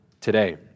today